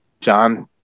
John